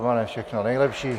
Romane, všechno nejlepší.